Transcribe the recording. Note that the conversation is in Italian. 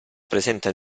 presenta